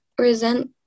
resent